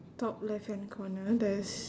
top left hand corner there's